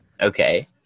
Okay